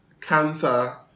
cancer